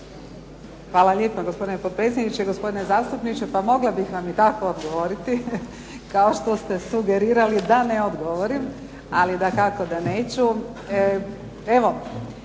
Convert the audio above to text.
Hvala lijepo gospodine potpredsjedniče. Gospodine zastupniče, pa mogla bih vam i tako odgovoriti, kao što ste sugerirali da ne odgovorim, ali dakako da neću. Evo,